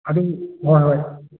ꯑꯗꯨꯝ ꯍꯣꯏ ꯍꯣꯏ